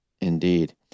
Indeed